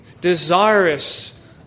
desirous